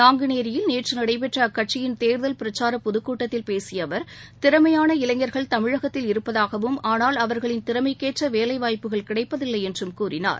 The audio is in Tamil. நாங்குநேரியில் நேற்று நடைபெற்ற அக்கட்சியின் தேர்தல் பிரசார பொதுக்கூட்டத்தில் பேசிய அவர் திறமையாள இளைஞர்கள் தமிழகத்தில் இருப்பதாகவும் ஆனால் அவர்களின் திறமைக்கேற்ற வேலைவாய்ப்புகள் கிடைப்பதில்லை என்றும் கூறினார்